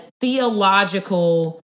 theological